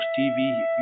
TV